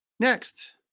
next,